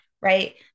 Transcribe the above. right